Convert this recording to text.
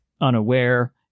Unaware